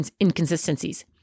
inconsistencies